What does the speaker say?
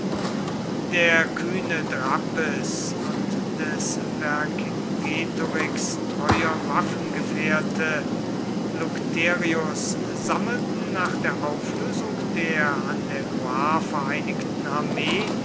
der kühne drappes und des vercingetorix treuer waffengefährte lucterius sammelten nach der auflösung der an der loire vereinigten armee